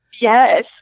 Yes